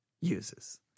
uses